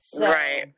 Right